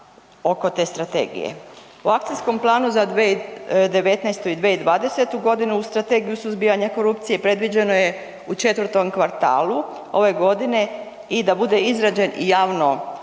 U Akcijskom planu za 2019.-2020. u Strategiji suzbijanja korupcije predviđeno je u 4. kvartalu ove godine i da bude izrađen i javno